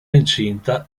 incinta